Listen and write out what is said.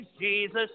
Jesus